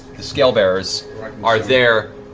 scalebearers are there,